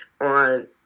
on